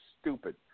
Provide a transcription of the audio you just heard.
stupid